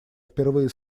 впервые